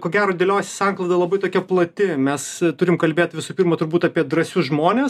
ko gero dėliojasi sankloda labai tokia plati mes turim kalbėt visų pirma turbūt apie drąsius žmones